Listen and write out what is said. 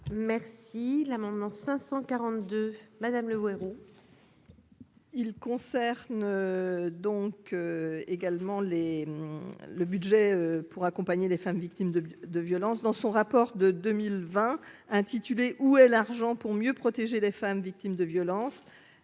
Merci l'amendement 542 Madame Le Houerou. Il concerne donc également les le budget pour accompagner les femmes victimes de violences dans son rapport de 2020 intitulé où est l'argent pour mieux protéger les femmes victimes de violences,